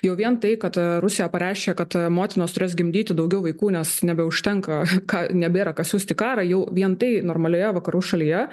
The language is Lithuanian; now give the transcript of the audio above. jau vien tai kad rusija pareiškė kad motinos turės gimdyti daugiau vaikų nes nebeužtenka ką nebėra ką siųst į karą jau vien tai normalioje vakarų šalyje